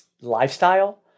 lifestyle